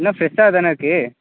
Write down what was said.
என்ன ஃபிரெஷ்ஷாக தான இருக்குது